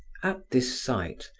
at this sight,